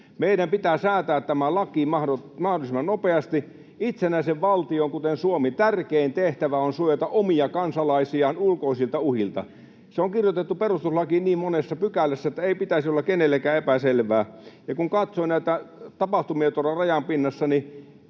Meidän pitää säätää tämä laki mahdollisimman nopeasti. Itsenäisen valtion, kuten Suomen, tärkein tehtävä on suojata omia kansalaisiaan ulkoisilta uhilta. Se on kirjoitettu perustuslakiin niin monessa pykälässä, että ei pitäisi olla kenellekään epäselvää. Ja kun katsoo näitä tapahtumia tuolla rajan pinnassa,